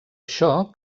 això